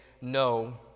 no